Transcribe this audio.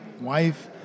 wife